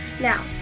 Now